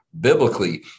biblically